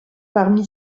parmi